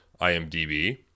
IMDb